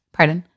Pardon